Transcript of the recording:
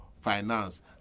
finance